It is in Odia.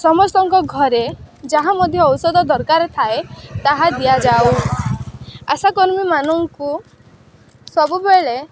ସମସ୍ତଙ୍କ ଘରେ ଯାହା ମଧ୍ୟ ଔଷଧ ଦରକାର ଥାଏ ତାହା ଦିଆଯାଉ ଆଶାକର୍ମୀ ମାନଙ୍କୁ ସବୁବେଳେ